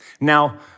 Now